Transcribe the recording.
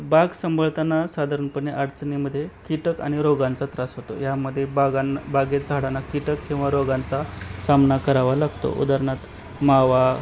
बाग सांभाळताना साधारणपणे अडचणीमध्ये कीटक आणि रोगांचा त्रास होतो यामध्ये बागां बागेत झाडांना कीटक किंवा रोगांचा सामना करावा लागतो उदाहरणार्थ मावा